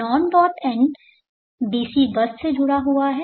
non dot end DC bus से जुड़ा हुआ है